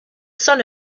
sun